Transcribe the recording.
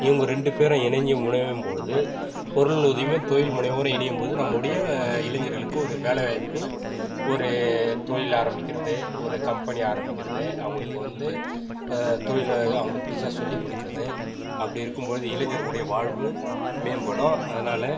இவங்க ரெண்டு பேரும் இணைஞ்சி முனையும் பொழுது பொருள் உதவியும் தொழில் முனைவோரும் இணையும் போது நம்முடைய இளைஞர்களுக்கு ஒரு வேலைவாய்ப்பு ஒரு தொழில் ஆரம்மிக்கறது ஒரு கம்பெனி ஆரம்மிக்கறது அவங்களுக்கு வந்து இப்போ தொழிலை அவங்களுக்கு புதுசாக சொல்லி கொடுக்கறது அப்படி இருக்கும் போது இளைஞருடைய வாழ்வு மேம்படும் அதனால